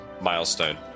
milestone